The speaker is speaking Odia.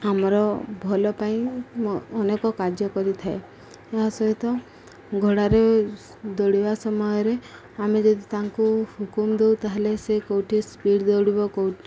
ଆମର ଭଲ ପାଇଁ ଅନେକ କାର୍ଯ୍ୟ କରିଥାଏ ଏହା ସହିତ ଘୋଡ଼ାରେ ଦୌଡ଼ିବା ସମୟରେ ଆମେ ଯଦି ତାଙ୍କୁ ହୁକୁମ ଦଉ ତାହେଲେ ସେ କେଉଁଠି ସ୍ପିଡ଼ ଦୌଡ଼ିବ କେଉଁ